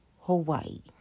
Hawaii